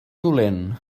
dolent